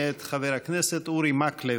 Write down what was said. מאת חבר הכנסת אורי מקלב.